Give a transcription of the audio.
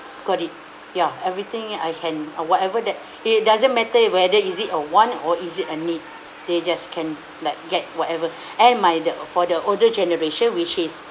got it ya everything I can uh whatever that it doesn't matter it whether is it a want or is it a need they just can like get whatever and my dad for the older generation which is